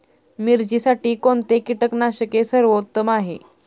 मिरचीसाठी कोणते कीटकनाशके सर्वोत्तम आहे?